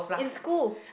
in school